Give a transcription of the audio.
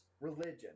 Religion